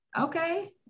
Okay